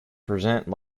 present